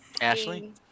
Ashley